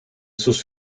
sus